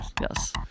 Yes